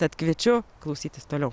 tad kviečiu klausytis toliau